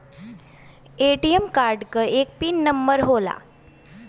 ATM card क एक pin number होला